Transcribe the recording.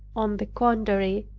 on the contrary,